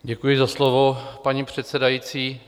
Děkuji za slovo, paní předsedající.